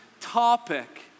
topic